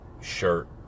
shirt